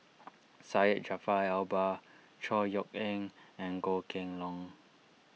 Syed Jaafar Albar Chor Yeok Eng and Goh Kheng Long